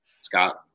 Scott